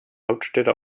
hauptstädte